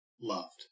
loved